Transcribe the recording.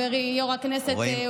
חברי יו"ר הישיבה אוריאל בוסו,